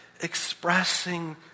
expressing